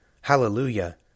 Hallelujah